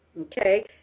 okay